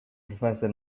professor